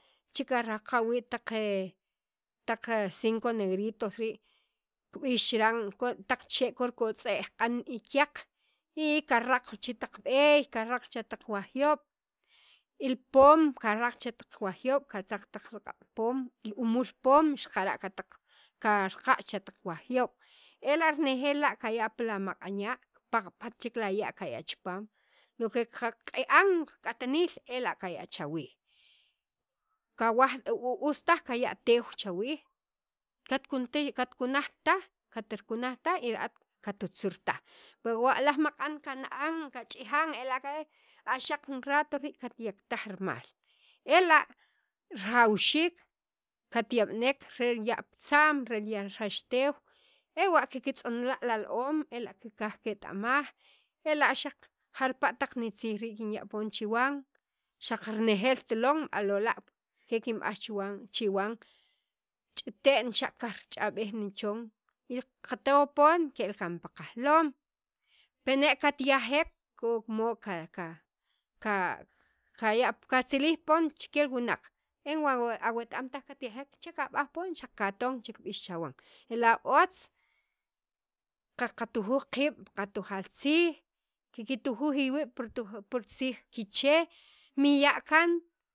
che karaqa' wii' taq taq cinco negrito rii' kib'ix chiran taq chee' k'o rikotz'e'j q'an y kyaq y karaq chi' taq b'eey karaq cha taq wajuyob' y li poom karaq che wa taq juyob' katzaq taq riq'ab' poom li umul juyob' xaqara' karaqa' cha wa juyob' ela' renejeel la' kaya' pi la maq'an ya' kipaq'pat chek la maq'an ya' kaya' chipam lo que qak'i'an rik'antiil ela' kaya' chawiij kawaj u u us taj kaya' teew cha wiij kat kunti kat rikunaj taj y ra'at katutzr taj pi laj maq'an kana'an kach'ijan ela' ka a xaq jun rato rii' katyak taj riimal ela' rajawxiik katya'b'nek re ya' pitza'm re rzx teew' ewa' li kiktz'on a' li al oom ela' kikaj kiketa'maj ela' xaq jarpala' taq nitziij rii' kinya' poon chiwan xaq renejeelt lon b'a lola' kekinb'aj chuwan chiwan ch'ite'n xa' kajrich'ab'ej nichon y li qato poon ke'el kaan pi qajloom pina' katyajek k'o rimod qa kak kaya' katzilij poon che wunaq o awet am taj katyajek che kab'aj poon xaq katon che k'ib'ix chawan ela' otz qatujaal tziij kiktujuj iwiib' pi ri tziij kiche' miya' kaan